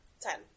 Ten